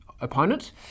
opponent